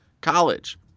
college